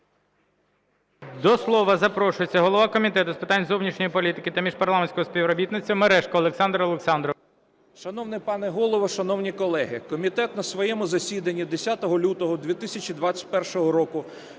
До слова запрошується голова Комітету з питань зовнішньої політики та міжпарламентського співробітництва Мережко Олександр Олександрович. 11:19:41 МЕРЕЖКО О.О. Шановний пане Голово, шановні колеги! Комітет на своєму засіданні 10 лютого 2021 року